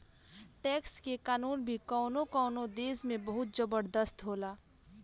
tax के कानून भी कवनो कवनो देश में बहुत जबरदस्त होला